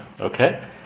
Okay